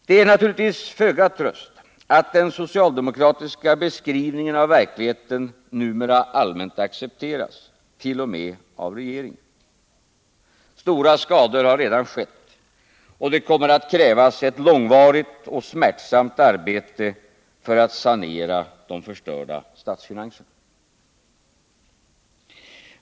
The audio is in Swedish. Det är naturligtvis föga tröst att den socialdemokratiska beskrivningen av verkligheten numera allmänt accepteras, t.o.m. av regeringen. Stora skador har redan skett, och det kommer att krävas ett långvarigt och smärtsamt arbete för att sanera de förstörda statsfinanserna.